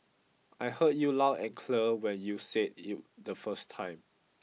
I heard you loud and clear when you said it the first time